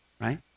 Right